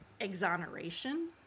exoneration